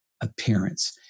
appearance